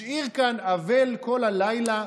השאיר כאן אבל כל הלילה,